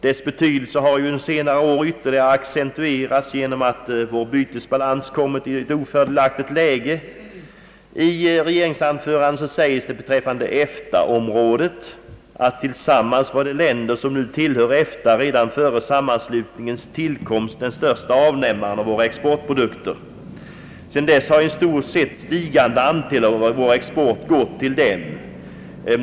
Dess betydelse har under senare år ytterligare accentuerats genom att vår bytesbalans har kommit i ett ofördelaktigt läge. I regeringsdeklarationen sägs beträffande EFTA-området: » Tillsammans var de länder som nu tillhör EFTA redan före sammanslutningens tillkomst den största avnämaren av våra exportprodukter. Sedan dess har en i stort sett stigande andel av vår export gått till dem.